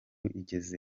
igeze